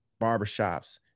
barbershops